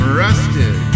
rusted